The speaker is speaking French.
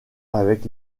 avec